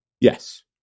Yes